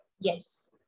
Yes